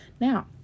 Now